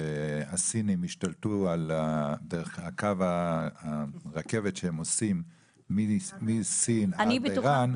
והסינים ישתלטו על קו הרכבת שהם עושים מסין עד איראן,